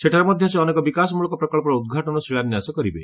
ସେଠାରେ ମଧ୍ୟ ସେ ଅନେକ ବିକାଶମଳକ ପ୍ରକଳ୍ପର ଉଦ୍ଘାଟନ ଓ ଶିଳାନ୍ୟାସ କରିବେ